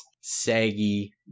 saggy